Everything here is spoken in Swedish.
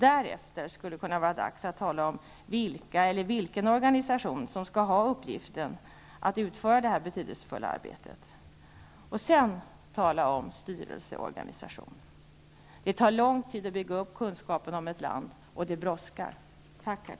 Därefter kan det vara dags att tala om vilka organ som skall ha uppgiften att utföra detta betydelsefulla arbete. Därefter kan man tala om styrelse och organisation. Det tar lång tid att bygga upp kunskapen om ett land, och därför brådskar det.